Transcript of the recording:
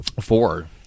Four